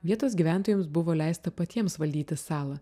vietos gyventojams buvo leista patiems valdyti salą